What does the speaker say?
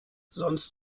sonst